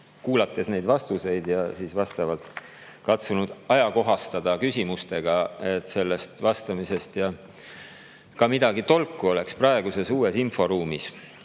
kuulates neid vastuseid ja katsunud [arupärimist] ajakohastada küsimustega, et sellest vastamisest ka midagi tolku oleks praeguses uues inforuumis.